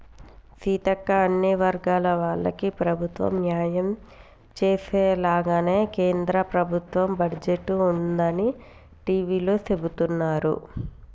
సీతక్క అన్ని వర్గాల వాళ్లకి ప్రభుత్వం న్యాయం చేసేలాగానే కేంద్ర ప్రభుత్వ బడ్జెట్ ఉందని టివీలో సెబుతున్నారు